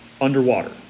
underwater